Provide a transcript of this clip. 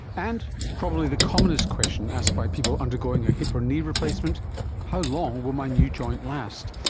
and probably the commonest question asked by people undergoing a hip or knee replacement how long will my new joint last?